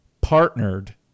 partnered